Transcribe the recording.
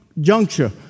juncture